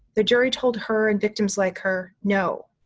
the jury told her and victims like her, no,